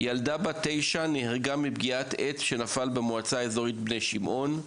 ילדה בת 9 נהרגה מפגיעת עץ שנפל במועצה האזורית בני שמעון,